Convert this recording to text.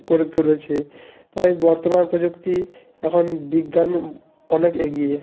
করে তুলেছে তাই বর্তমান প্রযুক্তি এখন বিজ্ঞান অনেক এগিয়ে